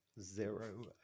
zero